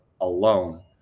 alone